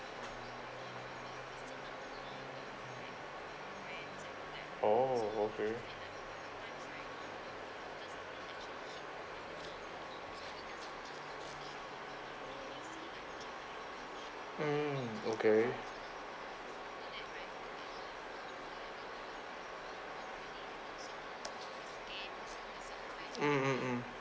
oh okay mm okay mm mm mm